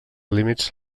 límits